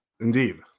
Indeed